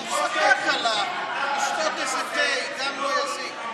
הפסקה קלה, לשתות איזה תה, לא יזיק.